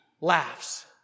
laughs